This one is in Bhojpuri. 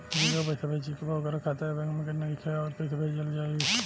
जेकरा के पैसा भेजे के बा ओकर खाता ए बैंक मे नईखे और कैसे पैसा भेजल जायी?